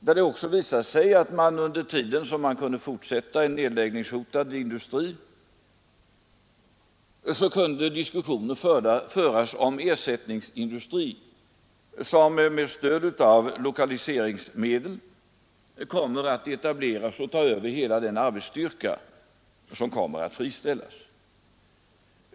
Där visade det sig också att samtidigt som man kunde fortsätta produktionen i en nedläggningshotad industri, kunde diskussioner föras om ersättningsindustri, som nu kommer att etableras med stöd av lokaliseringsmedel och ta över hela den arbetsstyrka som kommer att friställas.